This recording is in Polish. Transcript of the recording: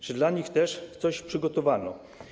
Czy dla nich też coś przygotowano?